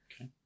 Okay